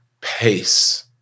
pace